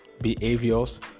behaviors